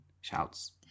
shouts